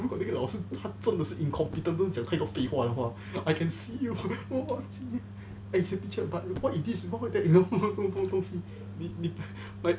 如果那个老师他真的是 confident of 讲废话的话 I can see you as a teacher but what if this is example 这种东西